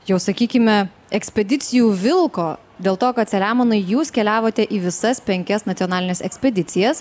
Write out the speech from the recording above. jau sakykime ekspedicijų vilko dėl to kad selemonai jūs keliavote į visas penkias nacionalines ekspedicijas